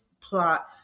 plot